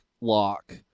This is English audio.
lock